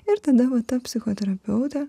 ir tada va ta psichoterapeutė